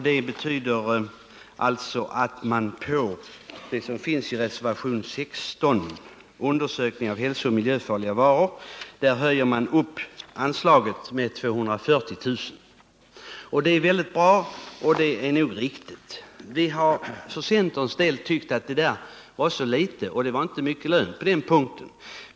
Man har alltså i den här reservationen som avser den punkt som rör undersökningar av hälsooch miljöfarliga varor framställt yrkande om en höjning av anslaget med 240 000 kr. Det är nog bra och riktigt. För centerns del har vi ansett att denna höjning var så liten att det inte var någon större mening med den.